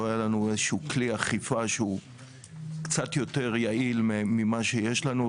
לא היה לנו איזשהו כלי אכיפה שהוא קצת יותר יעיל ממה שיש לנו,